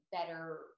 better